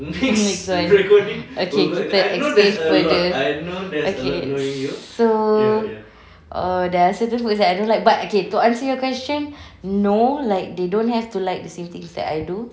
next time okay then I'll explain further okay so or there are certain food that I don't like but okay to answer your question no like they don't have to like the same things that I do